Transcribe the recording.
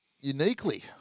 Uniquely